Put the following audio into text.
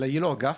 אלא שיהיה לו אגף,